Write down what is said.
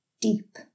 deep